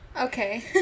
Okay